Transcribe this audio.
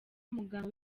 muganga